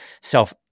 self